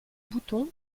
boutons